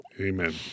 Amen